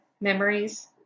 memories